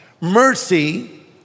Mercy